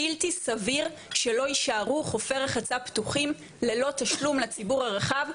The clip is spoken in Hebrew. בלתי סביר שלא יישארו חופי רחצה פתוחים ללא תשלום לציבור הרחב,